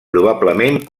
probablement